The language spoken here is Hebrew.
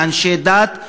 מאנשי דת,